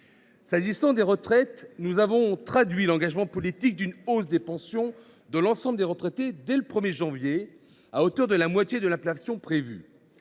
Sur les retraites, nous avons traduit l’engagement politique d’une hausse des pensions de l’ensemble des retraités dès le 1 janvier, à hauteur de la moitié de l’inflation prévue.